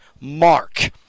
mark